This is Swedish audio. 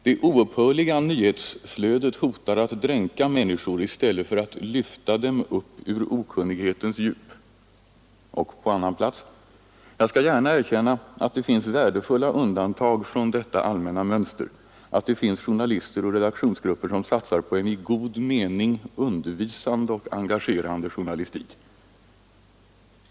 Det oupphörliga nyhetsflödet hotar att dränka människor i stället för att lyfta dem upp ur okunnighetens djup.” Och vidare på annan plats: ”Jag skall gärna erkänna att det finns värdefulla undantag från detta allmänna mönster, att det finns journalister och redaktionsgrupper som satsar på en i god mening ”undervisande” och engagerande journalistik.